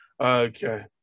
Okay